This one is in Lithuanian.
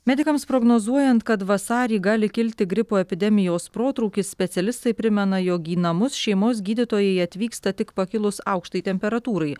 medikams prognozuojant kad vasarį gali kilti gripo epidemijos protrūkis specialistai primena jog į namus šeimos gydytojai atvyksta tik pakilus aukštai temperatūrai